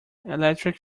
electric